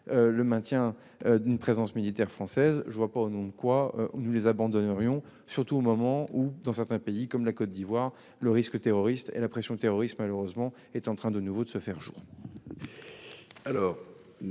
le maintien d'une présence militaire française. Je ne vois pas au nom de quoi nous les abandonnerions, surtout au moment où dans certains pays, comme la Côte d'Ivoire, le risque et la pression terroristes sont malheureusement en train de renaître.